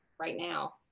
right now.